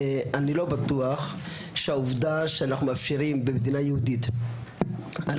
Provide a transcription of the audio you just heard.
אני לא בטוח שהעובדה שאנחנו מאפשרים במדינה יהודית לאנשים